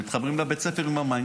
מתחברים לבית ספר עם המים,